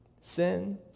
Sin